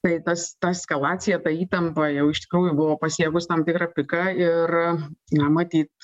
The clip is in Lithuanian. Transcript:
tai tas ta eskalacija ta įtampa jau iš tikrųjų buvo pasiekus tam tikrą piką ir na matyt